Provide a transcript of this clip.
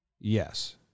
Yes